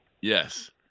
yes